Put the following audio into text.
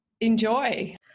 enjoy